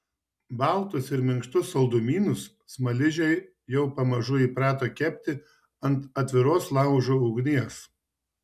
baltus ir minkštus saldumynus smaližiai jau pamažu įprato kepti ant atviros laužo ugnies